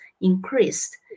increased